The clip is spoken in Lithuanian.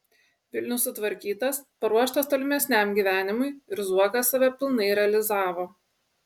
vilnius sutvarkytas paruoštas tolimesniam gyvenimui ir zuokas save pilnai realizavo